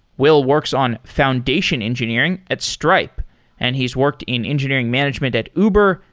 will works on foundation engineering at stripe and he's worked in engineering management at uber,